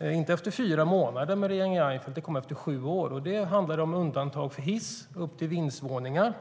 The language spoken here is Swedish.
- inte efter fyra månader med regeringen Reinfeldt utan efter sju år. Det handlade om undantag för hiss upp till vindsvåningar.